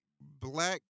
black